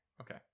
Okay